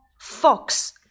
Fox